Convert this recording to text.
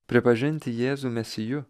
pripažinti jėzų mesiju